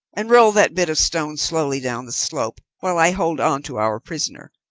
and roll that bit of stone slowly down the slope, while i hold on to our prisoner.